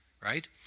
right